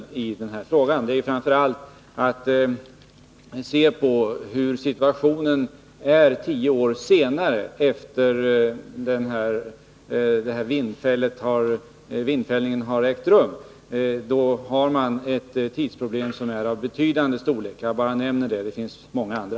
Det gäller framför allt att se på hurdan situationen är tio år senare än den tidpunkt då vindfällningen ägde rum. Där har man ett tidsproblem av betydande storlek. Jag nämner bara det — det finns många andra.